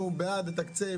אנחנו בעד לתקצב,